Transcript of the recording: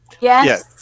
Yes